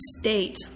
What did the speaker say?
State